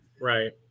right